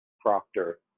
proctor